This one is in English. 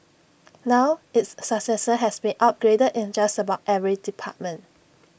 now its successor has been upgraded in just about every department